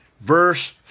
verse